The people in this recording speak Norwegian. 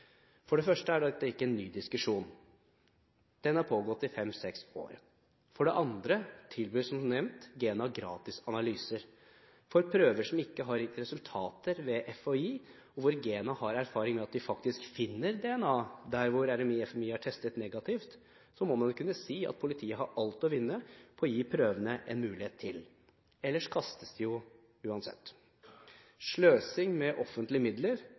For det første er ikke dette en ny diskusjon. Den har pågått i fem–seks år. For det andre tilbyr GENA, som nevnt, gratis analyser. For prøver som ikke har gitt resultater ved RMI/FHI, og hvor GENA har erfaring med at de faktisk finner DNA der hvor RMI/FHI har testet negativt, må man jo kunne si at politiet har alt å vinne på å gi prøvene en mulighet til. Ellers kastes de jo uansett. Sløsing med offentlige midler